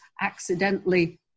accidentally